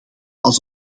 als